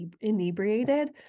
inebriated